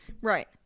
right